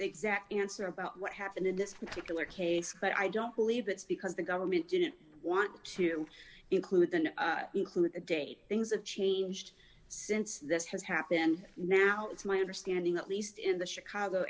exact answer about what happened in this particular case but i don't believe it's because the government didn't want to include an include a date things have changed since this has happened and now it's my understanding at least in the chicago